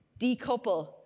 decouple